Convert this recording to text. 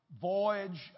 voyage